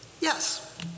yes